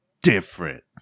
different